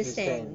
understand